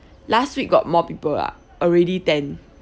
last week got more people ah already ten